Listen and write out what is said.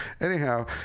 anyhow